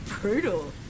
brutal